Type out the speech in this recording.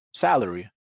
salary